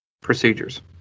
procedures